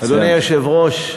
אדוני היושב-ראש,